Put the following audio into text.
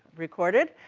recorded,